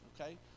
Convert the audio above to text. okay